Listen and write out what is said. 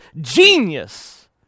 genius